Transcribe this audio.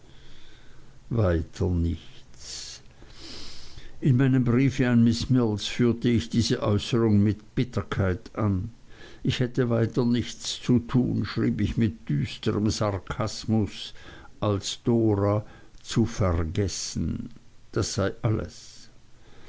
weiter nichts in meinem briefe an miß mills führte ich diese äußerung mit bitterkeit an ich hätte weiter nichts zu tun schrieb ich mit düsterem sarkasmus als dora zu vergessen das sei alles